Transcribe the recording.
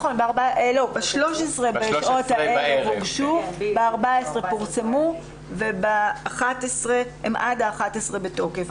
הן הוגשו, ב-14 פורסמו והן בתוקף עד ה-11 בספטמבר.